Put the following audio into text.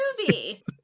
movie